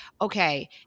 okay